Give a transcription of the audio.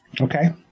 Okay